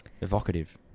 Evocative